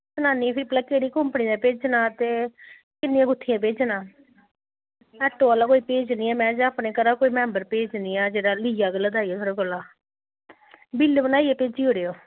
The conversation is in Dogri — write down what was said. सनानी आं फिर भला केह्ड़ी कंपनी दा भेजनां ऐ ते किन्नियां गुत्थियां भेजना ऐ ऐटो आह्ला भेजनियां में जां कोई अपने घरे दा मैंम्बर भेजनी आं जेह्ड़ी लेई अवै लदाइयै थोह्ड़े कोला बिल्ल बनाइयै भेजी ओड़ेओ